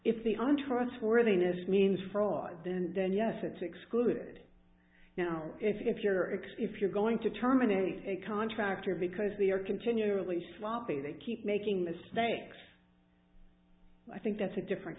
if the on trustworthiness means fraud then then yes it's excluded now if you're excuse you're going to terminate a contractor because we are continually sloppy they keep making mistakes i think that's a different